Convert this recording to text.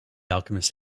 alchemist